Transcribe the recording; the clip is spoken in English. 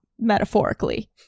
Metaphorically